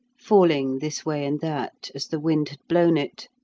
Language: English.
falling this way and that, as the wind had blown it